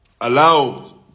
allowed